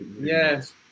Yes